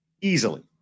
Easily